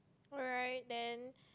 alright then